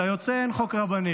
אתה יוצא, אין חוק רבנים.